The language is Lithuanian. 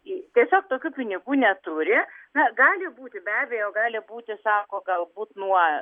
tiesiog tokių pinigų neturi na gali būti be abejo gali būti sako galbūt nuo